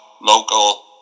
local